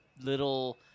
little